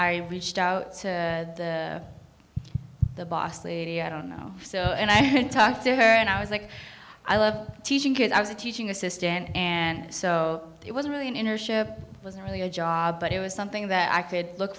i reached out to the boss lady i don't know so and i talked to her and i was like i love teaching kids i was a teaching assistant and so it was really an inner ship wasn't really a job but it was something that i could look